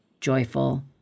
joyful